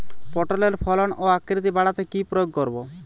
পটলের ফলন ও আকৃতি বাড়াতে কি প্রয়োগ করব?